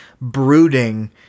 brooding